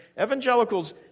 evangelicals